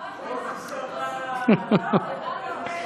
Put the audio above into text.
נכון.